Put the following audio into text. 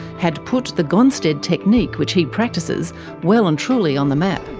had put the gonstead technique which he practices well and truly on the map.